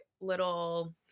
little